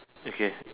okay